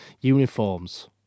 Uniforms